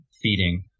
feeding